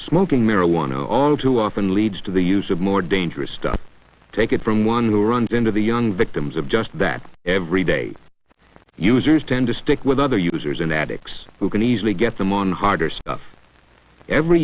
smoking marijuana all too often leads to the use of more dangerous stuff take it from one who runs into the young victims of just that everyday users tend to stick with other users and addicts who can easily get them on harder stuff every